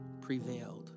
prevailed